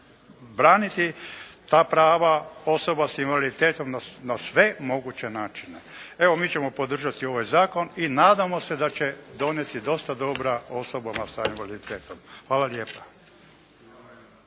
braniti ta prava osoba sa invaliditetom na sve moguće načine. Evo mi ćemo podržati ovaj zakon i nadamo se da će donijeti dosta dobra osobama sa invaliditetom. Hvala lijepa.